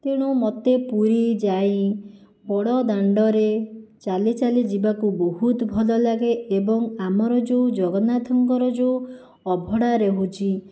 ତେଣୁ ମୋତେ ପୁରୀ ଯାଇ ବଡ଼ଦାଣ୍ଡରେ ଚାଲି ଚାଲି ଯିବାକୁ ବହୁତ ଭଲ ଲାଗେ ଏବଂ ଆମର ଯେଉଁ ଜଗନ୍ନାଥଙ୍କର ଯେଉଁ ଅବଢ଼ା ରହୁଛି